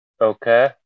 Okay